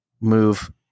move